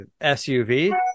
SUV